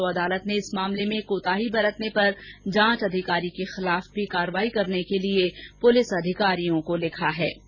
POCSO अदालत ने इस मामले में कोताही बरतने पर जांच अधिकारी के खिलाफ भी कार्यवाही करने के लिए पुलिस अधिकारियों को लिखा है